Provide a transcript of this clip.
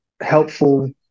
helpful